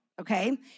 okay